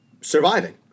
surviving